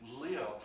live